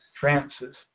Francis